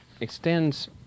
extends